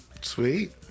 sweet